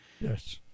Yes